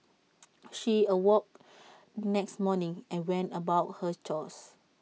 she awoke next morning and went about her chores